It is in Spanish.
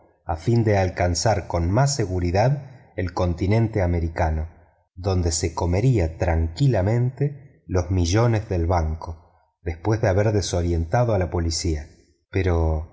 a fin de alcanzar con más seguridad el continente americano donde se comería tranquilamente los dineros del banco después de haber desorientado a la policía pero